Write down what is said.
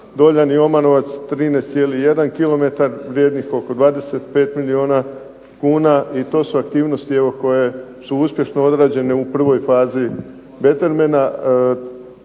Doljani-Omanovac 13,1 kilometar, vrijednih oko 25 milijuna kuna, i to su aktivnosti koje su uspješno odrađene u prvoj fazi Battermena.